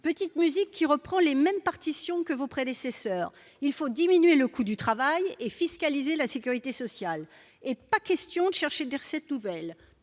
petite musique reprend les mêmes partitions que vos prédécesseurs : il faut diminuer le coût du travail et fiscaliser la sécurité sociale, et il est hors de question de chercher des recettes nouvelles.